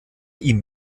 ihm